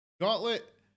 gauntlet